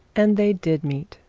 and they did meet.